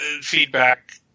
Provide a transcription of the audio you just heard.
feedback